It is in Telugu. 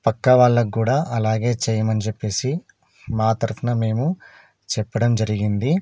ప్రక్కవాళ్ళకి కూడా అలాగే చేయమని చెప్పేసి మా తరఫున మేము చెప్పడం జరిగింది